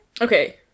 Okay